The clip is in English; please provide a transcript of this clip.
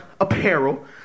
Apparel